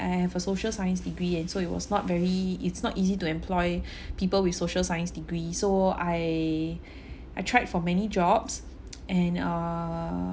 I have a social science degree and so it was not very it's not easy to employ people with social science degree so I I tried for many jobs and err